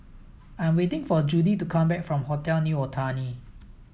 I'm waiting for Judy to come back from Hotel New Otani